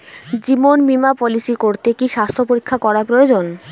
জীবন বীমা পলিসি করতে কি স্বাস্থ্য পরীক্ষা করা প্রয়োজন?